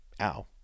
ow